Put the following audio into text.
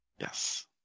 Yes